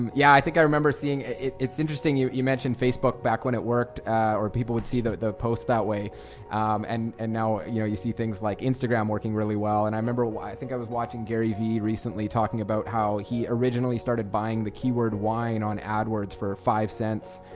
yeah, i think i remember seeing it it's interesting you you mentioned facebook back when it worked for people would see that the post that way and and now you know you see things like instagram working really well and i remember why i think, i was watching gary vee recently talking about how he originally started buying the keyword wine on adwords forty five cents